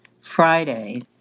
Friday